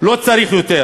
לא צריך יותר,